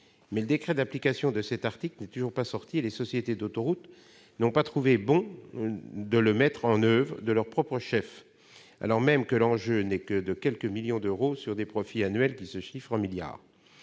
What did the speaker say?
Mais le décret d'application de cet article n'est toujours pas sorti, et les sociétés d'autoroutes n'ont pas trouvé bon de le mettre en oeuvre de leur propre chef, alors même que l'enjeu n'est que de quelques millions d'euros sur des profits annuels qui se chiffrent en milliards